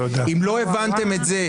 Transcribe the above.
אם לא הבנתם את זה,